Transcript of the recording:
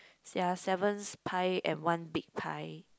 there are seven pies and one big pie